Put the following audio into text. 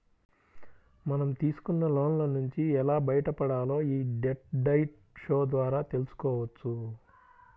మనం తీసుకున్న లోన్ల నుంచి ఎలా బయటపడాలో యీ డెట్ డైట్ షో ద్వారా తెల్సుకోవచ్చు